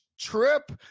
trip